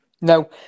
No